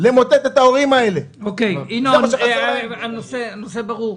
למוטט את ההורים האלה, זה- -- ינון, הנושא ברור.